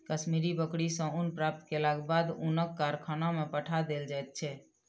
कश्मीरी बकरी सॅ ऊन प्राप्त केलाक बाद ऊनक कारखाना में पठा देल जाइत छै